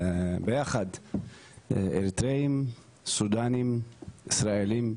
ביחד אריתראים, סודנים, ישראלים,